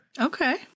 Okay